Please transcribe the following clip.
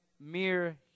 mere